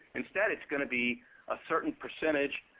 instead it's going to be a certain percentage,